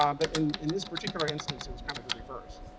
um but in in this particular instance, it was kind of the reverse.